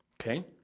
Okay